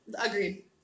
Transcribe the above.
Agreed